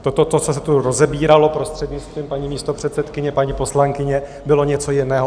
To, co se tu rozebíralo, prostřednictvím paní místopředsedkyně, paní poslankyně, bylo něco jiného.